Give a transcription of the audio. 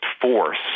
force